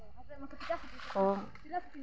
ᱠᱚ